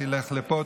תלך לפה,